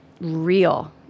real